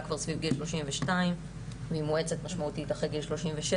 כבר סביב גיל 32. היא מואצת משמעותית אחרי גיל 37,